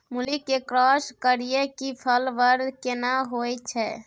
मूली के क्रॉस करिये के फल बर केना होय छै?